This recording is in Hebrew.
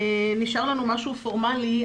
נשאר לנו משהו פורמלי.